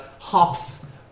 hops